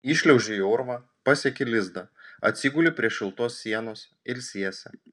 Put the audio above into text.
įšliauži į urvą pasieki lizdą atsiguli prie šiltos sienos ilsiesi